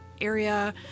area